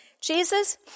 Jesus